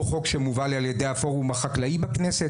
או חוק שמובל על ידי הפורום החקלאי בכנסת.